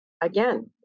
again